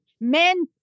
men